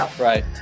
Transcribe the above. Right